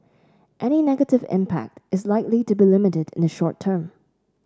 any negative impact is likely to be limited in the short term